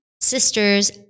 Sisters